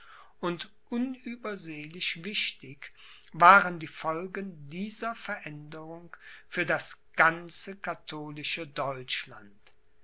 und unübersehlich wichtig waren die folgen dieser veränderung für das ganze katholische